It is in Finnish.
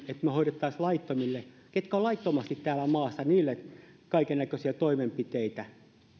että me hoitaisimme laittomille niille ketkä ovat laittomasti täällä maassa kaikennäköisiä toimenpiteitä